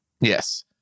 Yes